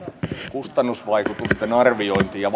kustannusvaikutusten arvioinnista ja